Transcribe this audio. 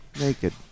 naked